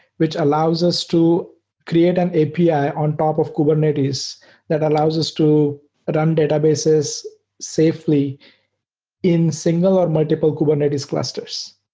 which allows us to create an api yeah on top of kubernetes that allows us to run um databases safely in single or multiple kubernetes clusters,